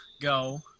go